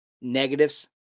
negatives